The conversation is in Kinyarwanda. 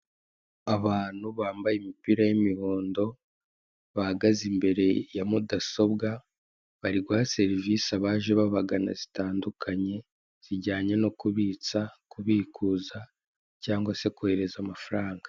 Abantu bambaye imipira y'imhondo, bahagaze imbere ya mu gasobwa, bari guha serivise, abaje babagana zitandukanye zijyanye no kubitsa, kubikuza cyangwa se kohereza amagfaranga.